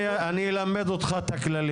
לפה - אז אני אלמד אותך את הכללים,